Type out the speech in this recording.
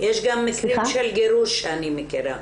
יש גם מקרים של גירוש שאני מכירה.